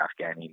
Afghani